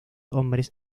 hombres